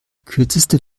kürzeste